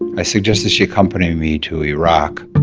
i suggested she accompany me to iraq